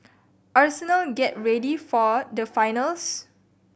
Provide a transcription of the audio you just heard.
arsenal get ready for the finals